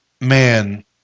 man